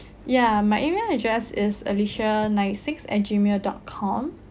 ya my email address is alicia nine six at gmail dot com